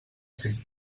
fer